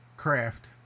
craft